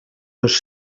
dos